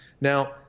now